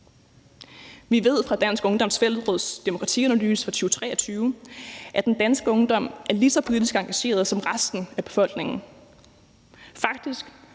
Vi ved fra Dansk Ungdoms Fællesråds demokratianalyse fra 2023, at den danske ungdom er lige så politisk engageret som resten af befolkningen. Faktisk